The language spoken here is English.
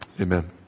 Amen